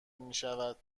میشود